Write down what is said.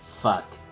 fuck